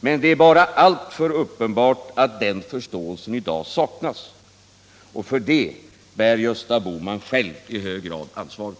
Men det är bara alltför uppenbart att den förståelsen i dag saknas, och för det bär Gösta Bohman själv i hög grad ansvaret.